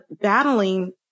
battling